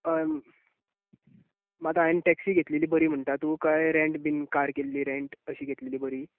मात हांवं टॅक्सि घेतिल्ली बरी म्हणटा तूं काय रेंट बी कार केल्ली रेंट अशीं घेतिल्ली बरीं